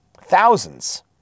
Thousands